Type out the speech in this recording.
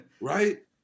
right